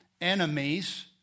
enemies